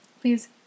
Please